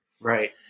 Right